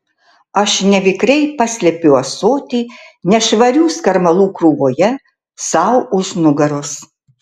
aš nevikriai paslepiu ąsotį nešvarių skarmalų krūvoje sau už nugaros